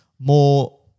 more